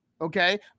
okay